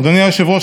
אדוני היושב-ראש,